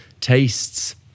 tastes